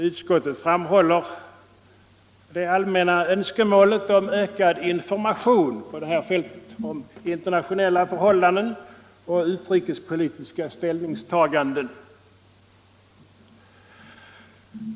Utskottet framhåller det allmänna önskemålet om ökad information rörande internationella förhållanden och utrikespolitiska ställningstaganden.